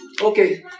Okay